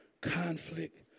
conflict